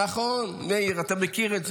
נכון, מאיר, אתה מכיר את זה,